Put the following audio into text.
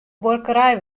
buorkerij